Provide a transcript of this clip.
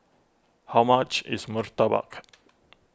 how much is Murtabak